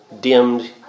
dimmed